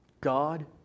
God